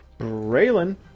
Braylon